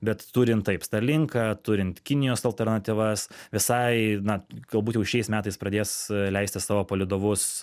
bet turint taip starlinką turint kinijos alternatyvas visai na galbūt jau šiais metais pradės leisti savo palydovus